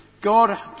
God